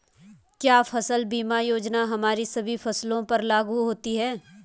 क्या फसल बीमा योजना हमारी सभी फसलों पर लागू होती हैं?